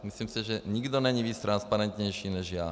Myslím si, že nikdo není transparentnější než já.